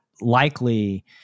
likely